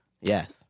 Yes